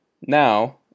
now